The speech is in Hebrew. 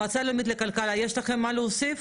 המועצה הלאומית לכלכלה, יש לכם מה להוסיף?